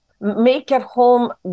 make-at-home